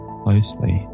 closely